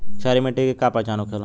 क्षारीय मिट्टी के का पहचान होखेला?